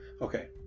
Okay